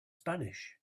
spanish